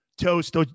toast